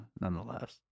nonetheless